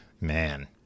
Man